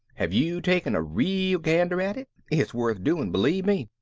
have you taken a real gander at it? it's worth doing, believe me.